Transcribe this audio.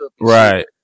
Right